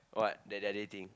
what that they are dating